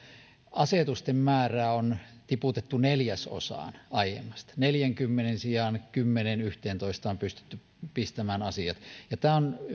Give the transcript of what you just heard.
asetusten määrää on tiputettu neljäsosaan aiemmasta neljänkymmenen sijaan kymmeneen viiva yhteentoista on pystytty pistämään asiat ja tämä on